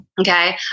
Okay